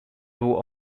był